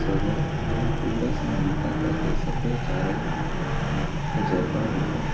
ਸਗੋਂ ਇਹ ਪੂਰਾ ਸੰਗੀਤਕ ਅਤੇ ਸੱਭਿਆਚਾਰਕ ਤਜਰਬਾ ਵੀ ਹੈ